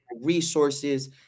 resources